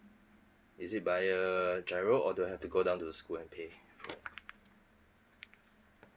is it via giro or do I have to go down to the school and pay